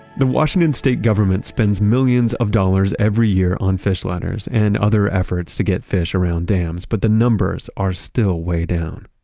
the washington state government spends millions of dollars every year on fish ladders and other efforts to get fish around dams but the numbers are still way down.